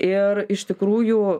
ir iš tikrųjų